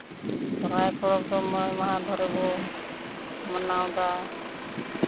ᱥᱚᱨᱦᱟᱭ ᱯᱚᱨᱚᱵᱽ ᱫᱚ ᱢᱚᱬᱮ ᱢᱟᱦᱟ ᱫᱷᱚᱨᱮ ᱵᱚ ᱢᱟᱱᱟᱣᱫᱟ